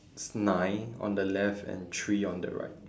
it's nine on the left and three on the right